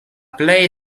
plej